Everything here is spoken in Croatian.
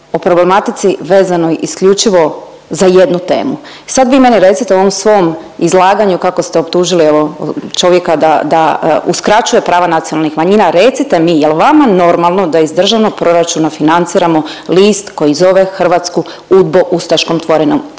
o problematici vezanoj isključivo za jednu temu i sad vi meni recite, u ovom svom izlaganju, kako ste optužili, evo, čovjeka da uskraćuje prava nacionalnih manjina, recite mi je l' vama normalno da iz državnog proračuna financiramo list koji zove Hrvatsku udbo-ustaškom tvorevinom?